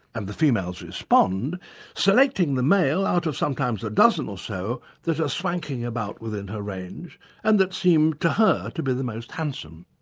and the females respond selecting the male out of sometimes a dozen or so that are swanking about within her range and that seem to her to be the most handsome.